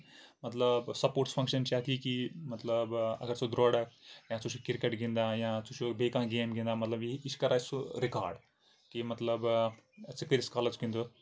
مطلب sports function چھِ اَتھ یہِ کہِ مطلب اَگر سُہ دورن یا سُہ چھُ کِرکَٹ گندان یا سُہ چھُ بیٚیہِ کانٛہہ گیم گنٛدان مطلب یہِ کہِ یہِ چھُ کران سُہ رِکارڈ کہِ مطلب ژٕ کۭتِس کالَس گندُتھ